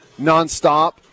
nonstop